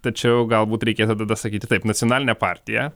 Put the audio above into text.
tačiau galbūt reikėtų tada sakyti taip nacionalinė partija